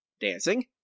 dancing